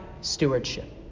stewardship